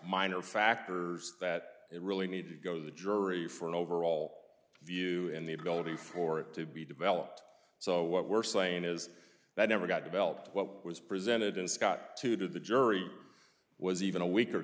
minor factors that it really need to go to the jury for an overall view and the ability for it to be developed so what we're saying is that never got developed what was presented in scott to to the jury was even a weaker